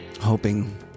Hoping